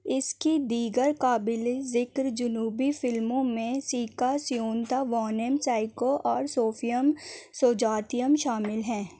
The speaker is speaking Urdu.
اس کی دیگر قابل ذکر جنوبی فلموں میں سیکا سیونتا وانم سائیکو اور سوفییم سوجاتیم شامل ہیں